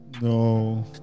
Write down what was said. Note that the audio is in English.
No